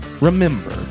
remember